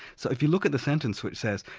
so if you look at the sentence which says,